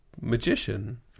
magician